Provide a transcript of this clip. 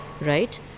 right